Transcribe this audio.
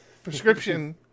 prescription